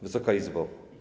Wysoka Izbo!